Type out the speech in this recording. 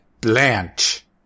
Blanche